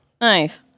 nice